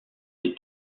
des